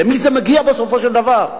למי זה מגיע בסופו של דבר?